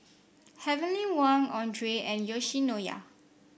Heavenly Wang Andre and Yoshinoya